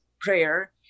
Prayer